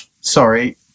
sorry